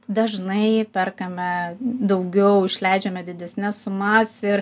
dažnai perkame daugiau išleidžiame didesnes sumas ir